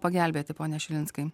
pagelbėti pone šilinskai